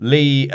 Lee